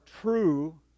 true